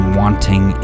wanting